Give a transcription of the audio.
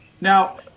Now